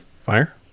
Fire